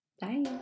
Bye